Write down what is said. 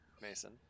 Mason